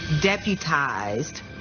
deputized